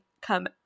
come